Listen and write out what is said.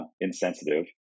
insensitive